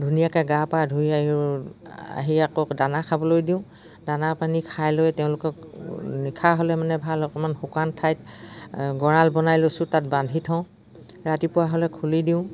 ধুনীয়াকে গা পা ধুই আহি আহি আকৌ দানা খাবলৈ দিওঁ দানা পানী খাই লৈ তেওঁলোকক নিশা হ'লে মানে ভাল অকমান শুকান ঠাইত গঁৰাল বনাই লৈছোঁ তাত বান্ধি থওঁ ৰাতিপুৱা হ'লে খুলি দিওঁ